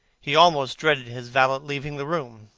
he almost dreaded his valet leaving the room.